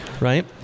right